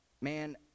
man